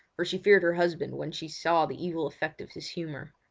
for she feared her husband when she saw the evil effect of his humour.